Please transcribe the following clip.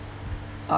uh